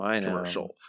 commercial